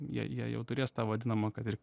jie jie jau turės tą vadinamą kad ir